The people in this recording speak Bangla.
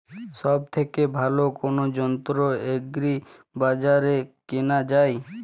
সব থেকে ভালো কোনো যন্ত্র এগ্রি বাজারে কেনা যায়?